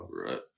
Right